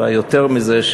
ויותר מזה,